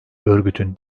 örgütün